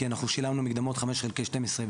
כי אנחנו שילמנו מקדמות 5 חלקי 12,